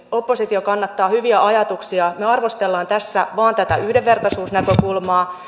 oppositio kannattaa hyviä ajatuksia me arvostelemme tätä vain tästä yhdenvertaisuusnäkökulmasta jos on